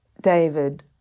David